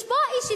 יש פה אי-שוויון.